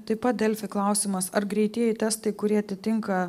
taip pat delfi klausimas ar greitieji testai kurie atitinka